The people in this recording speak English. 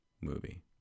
movie